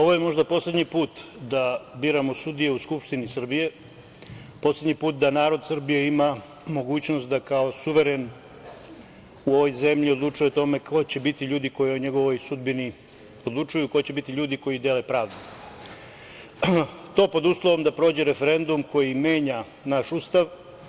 Ovo je možda poslednji put da biramo sudije u Skupštini Srbije, poslednji put da narod Srbije ima mogućnost da kao suveren u ovoj zemlji odlučuje o tome ko će biti ljudi koji o njegovoj sudbini odlučuju, ko će biti ljudi koji dele pravdu, to pod uslovom da prođe referendum koji menja naš Ustav.